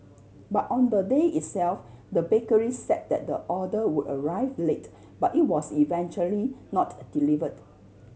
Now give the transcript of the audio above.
but on the day itself the bakery said that the order would arrive late but it was eventually not delivered